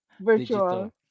virtual